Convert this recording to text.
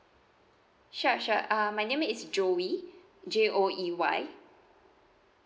sure sure uh my name is joey J O E Y